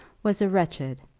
was a wretched,